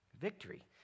Victory